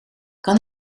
kan